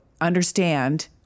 understand